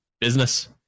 Business